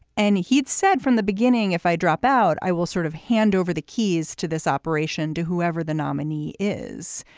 and he'd said from the beginning, if i drop out, i will sort of hand over the keys to this operation, to whoever the nominee is.